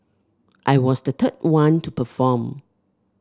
I was the third one to perform